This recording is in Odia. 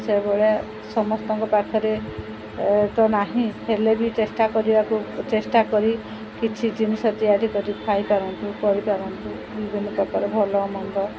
ସେଭଳିଆ ସମସ୍ତଙ୍କ ପାଖରେ ତ ନାହିଁ ହେଲେ ବି ଚେଷ୍ଟା କରିବାକୁ ଚେଷ୍ଟା କରି କିଛି ଜିନିଷ ତିଆରି କରି ଖାଇପାରନ୍ତୁ କରିପାରନ୍ତୁ ବିଭିନ୍ନ ପ୍ରକାର ଭଲ ମନ୍ଦ